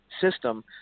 system